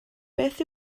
beth